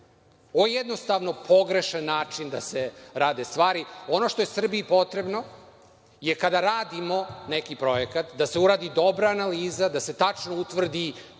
Ovo jednostavno pogrešan način da se rade stvari. Ono što je Srbiji potrebno je kada radimo neki projekat da se uradi dobra analiza, da se tačno utvrdi